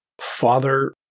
Father